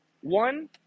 One